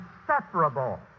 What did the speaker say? inseparable